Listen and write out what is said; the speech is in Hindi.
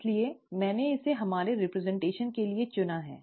इसलिए मैंने इसे हमारे रिप्रज़िन्टेशन के लिए चुना है